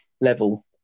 level